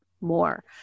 more